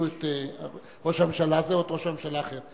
את ראש הממשלה הזה או ראש ממשלה אחר.